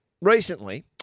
recently